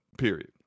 period